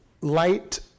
light